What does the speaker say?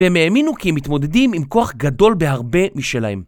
הם האמינו כי הם מתמודדים עם כוח גדול בהרבה משלהם.